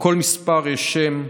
לכל מספר יש שם,